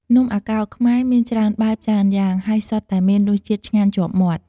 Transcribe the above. នំអាកោរខ្មែរមានច្រើនបែប ច្រើនយ៉ាង ហើយសុទ្ធតែមានរសជាតិឆ្ងាញ់ជាប់មាត់។